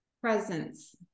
presence